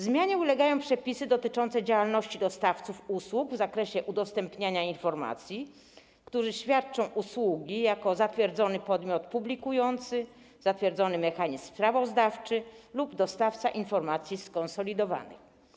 Zmianie ulegają przepisy dotyczące działalności dostawców usług w zakresie udostępniania informacji, którzy świadczą usługi jako zatwierdzony podmiot publikujący, zatwierdzony mechanizm sprawozdawczy lub dostawca informacji skonsolidowanej.